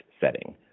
setting